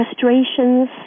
frustrations